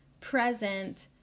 present